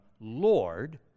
Lord